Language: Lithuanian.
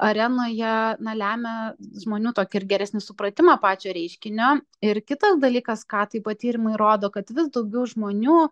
arenoje na lemia žmonių tokį ir geresnį supratimą pačio reiškinio ir kitas dalykas ką taip pat tyrimai rodo kad vis daugiau žmonių